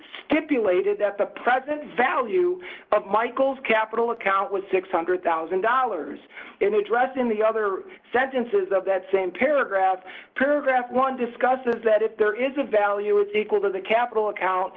stipulated that the present value of michael's capital account was six hundred thousand dollars in the address in the other sentences of that same paragraph paragraph one discusses that if there is a value it's equal to the capital account